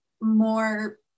more